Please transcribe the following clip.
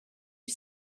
you